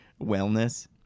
wellness